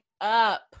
up